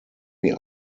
wie